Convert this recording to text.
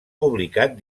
publicat